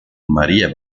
maria